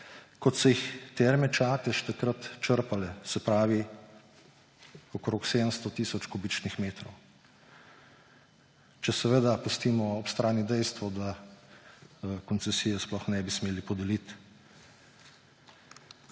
kot so jih Terme Čatež takrat črpale, se pravi okoli 700 tisoč kubičnih metrov. Če seveda pustimo ob strani dejstvo, da koncesije sploh ne bi smeli podeliti.